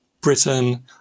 Britain